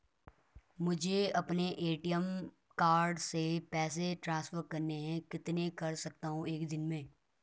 मुझे अपने ATM card से पैसे ट्रांसफर करने हैं कितने कर सकता हूँ एक दिन में?